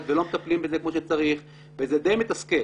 ולא מטפלים בהם כמו שצריך וזה די מתסכל.